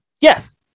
Yes